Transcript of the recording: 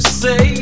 say